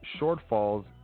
shortfalls